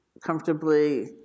comfortably